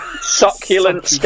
Succulent